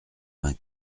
vingt